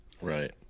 Right